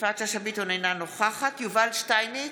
אינה נוכחת יובל שטייניץ,